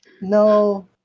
no